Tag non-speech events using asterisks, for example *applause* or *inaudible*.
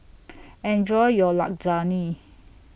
*noise* Enjoy your Lasagne